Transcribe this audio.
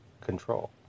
control